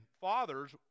fathers